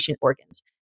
organs